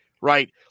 right